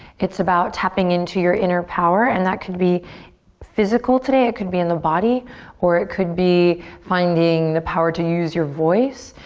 it's about tapping into your inner power and that could be physical today, it could be in the body or it could be finding the power to use your voice.